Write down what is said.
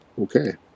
Okay